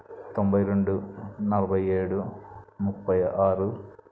తొంభై రొండు నలభై ఏడు ముప్పై ఆరు